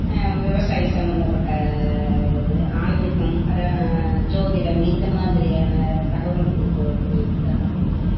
விவசாயி சம்மந்தம் பட்ட இது ஆன்மீகம் ஜோதிடம் இந்தமாதிரியான தகவல் கொடுக்கக்கூடிய புத்தகம்